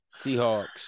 Seahawks